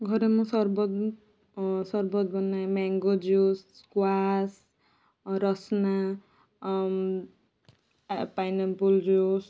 ଘରେ ମୁଁ ସରବତ ସରବତ ବନାଏ mango juice squash Rasna pineapple juice